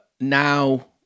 now